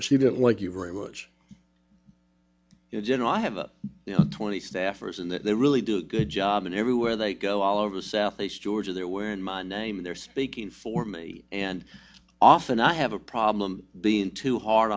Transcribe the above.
but she didn't like you very much general i have a you know twenty staffers and they really do a good job and everywhere they go all over southeast georgia they're wearing my name they're speaking for me and often i have a problem being too hard